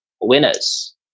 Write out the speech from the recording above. winners